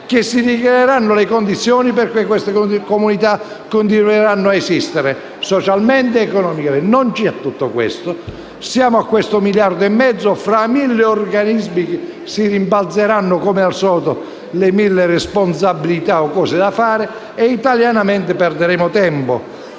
che si ricreeranno le condizioni perché queste comunità continuino ad esistere, socialmente ed economicamente. Tutto questo non c'è. Ci sono questi 1,5 miliardi fra mille organismi che si rimbalzeranno come al solito le mille responsabilità o cose da fare, e italianamente perderemo tempo.